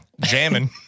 jamming